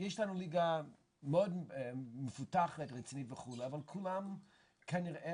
אבל יש פה שני משרדים שכן יש להם מה להגיד.